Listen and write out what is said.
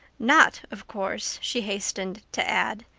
not, of course, she hastened to add,